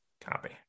Copy